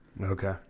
Okay